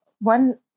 one